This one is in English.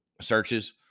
searches